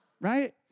right